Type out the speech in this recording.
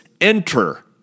enter